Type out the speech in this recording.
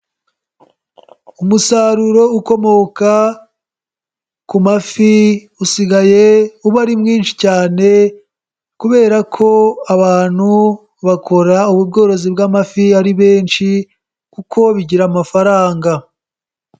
Umusaruro ukomoka ku mafi usigaye uba ari mwinshi cyane kubera ko abantu bakora ubworozi bw'amafi ari benshi, kuko bigira amafaranga.